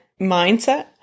mindset